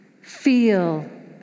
feel